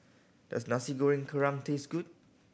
does Nasi Goreng Kerang taste good